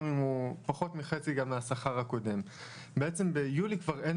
גם אם הוא פחות מחצי מהשכר הקודם' בעצם ביולי כבר אין